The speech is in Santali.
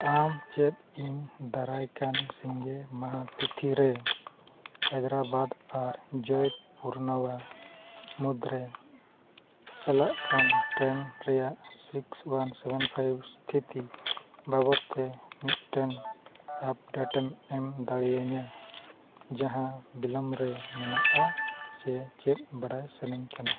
ᱟᱢ ᱪᱮᱫ ᱤᱧ ᱫᱟᱨᱟᱭ ᱠᱟᱱ ᱥᱤᱸᱜᱮ ᱢᱟᱦᱟ ᱛᱤᱛᱷᱤ ᱨᱮ ᱦᱟᱭᱫᱨᱟᱵᱟᱫᱽ ᱟᱨ ᱡᱮᱴ ᱯᱩᱨᱱᱚᱵᱟ ᱢᱩᱫᱽᱨᱮ ᱪᱟᱞᱟᱜ ᱠᱟᱱ ᱴᱨᱮᱹᱱ ᱨᱮᱭᱟᱜ ᱥᱤᱠᱥ ᱚᱣᱟᱱ ᱥᱮᱵᱷᱮᱱ ᱯᱷᱟᱭᱤᱵᱽ ᱥᱛᱤᱛᱷᱤ ᱵᱟᱵᱚᱫ ᱛᱮ ᱢᱤᱫᱴᱮᱱ ᱟᱯᱰᱮᱴᱮᱢ ᱮᱢ ᱫᱟᱲᱮᱭᱤᱧᱟ ᱡᱟᱦᱟᱸ ᱵᱤᱞᱚᱢ ᱨᱮ ᱢᱮᱱᱟᱜᱼᱟ ᱥᱮ ᱪᱮᱫ ᱵᱟᱲᱟᱭ ᱥᱟᱱᱟᱧ ᱠᱟᱱᱟ